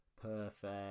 perfect